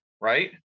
right